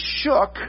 shook